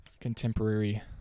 contemporary